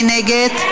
מי נגד?